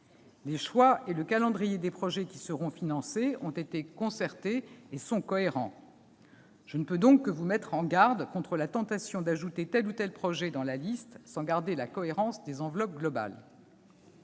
Le choix et le calendrier des projets qui seront financés ont été pris en concertation et sont cohérents. Je ne peux donc que vous mettre en garde contre la tentation d'ajouter tel ou tel projet à la liste, sans conserver la cohérence des enveloppes globales.